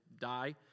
die